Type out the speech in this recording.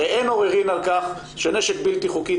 הרי אין עוררין על כך שנשק בלתי-חוקי,